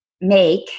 make